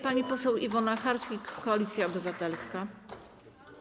Pani poseł Iwona Hartwich, Koalicja Obywatelska.